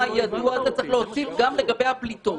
"אם ידוע" צריך להוסיף גם לגבי הפליטות.